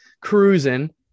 cruising